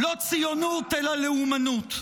לא ציונות, אלא לאומנות.